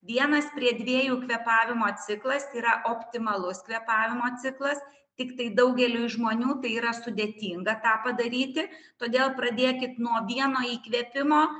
vienas prie dviejų kvėpavimo ciklas yra optimalus kvėpavimo ciklas tiktai daugeliui žmonių tai yra sudėtinga tą padaryti todėl pradėkit nuo vieno įkvėpimo